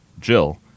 Jill